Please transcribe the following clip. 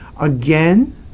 Again